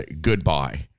Goodbye